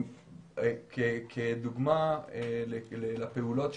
כדוגמה לפעולות,